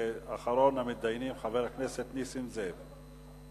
אחרון המתדיינים, חבר הכנסת נסים זאב.